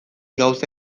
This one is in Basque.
gauza